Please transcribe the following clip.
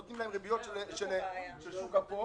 נותנים לאזרחים ריביות של שוק אפור,